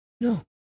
No